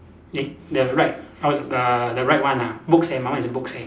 eh the right oh the the right one ah books eh my one is books eh